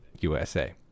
USA